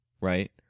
right